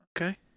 okay